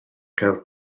gael